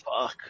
Fuck